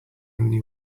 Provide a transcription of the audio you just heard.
only